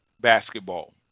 basketball